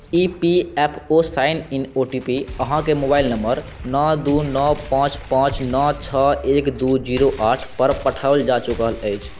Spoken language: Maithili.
E P F O sign in O T P अहाँके मोबाइल नम्बर नओ दू नओ पाँच पाँच नओ छओ एक दू जीरो आठपर पठाओल जा चुकल अछि